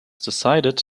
decided